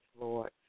Lord